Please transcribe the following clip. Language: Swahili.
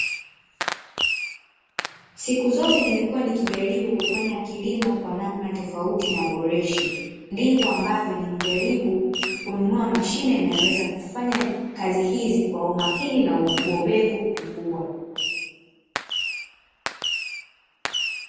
Siku zote nimekua nikijaribu kufanya kilimo kwa namna tofauti na boreshi, ndivyo ambavyo nimejaribu kununua mashine inyoweza kufanya kazi hizi kwa umakini na ubobevu mkubwa.